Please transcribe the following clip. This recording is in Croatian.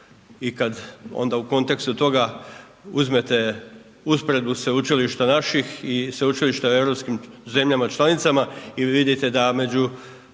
I kad onda u kontekstu toga uzmete usporedbu sveučilišta naših i sveučilišta u europskim zemljama članicama i vi vidite da među